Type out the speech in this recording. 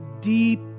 deep